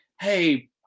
hey